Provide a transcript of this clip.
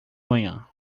manhã